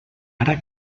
ara